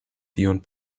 tiun